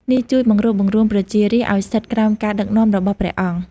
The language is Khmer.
នេះជួយបង្រួបបង្រួមប្រជារាស្ត្រឱ្យស្ថិតក្រោមការដឹកនាំរបស់ព្រះអង្គ។